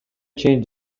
чейин